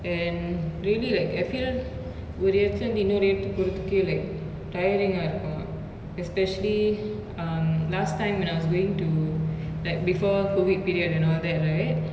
and really like I feel ஒரு எடத்துல இருந்து இன்னொரு எடத்துக்கு போரதுக்கு:oru edathula irunthu innoru edathuku porathuku like tiring ah இருக்கு:iruku especially um last time when I was going to like before COVID period and all that right